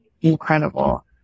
incredible